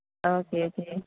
okay okay